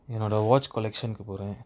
என்னோட:ennoda watch collection கு போர:ku pora